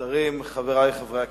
השרים, חברי חברי הכנסת,